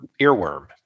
earworm